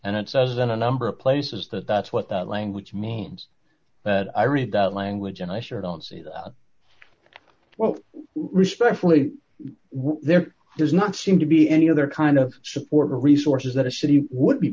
and it says in a number of places that that's what that language means but i read that language and i sure don't see that well respectfully where there does not seem to be any other kind of support or resources that a city would be